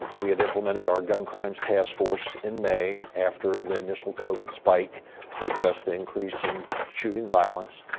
we had implemented our gun crimes task force in may after the initial covitz spike to address the increase in shooting violence.